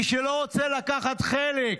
מי שלא רוצה לקחת חלק,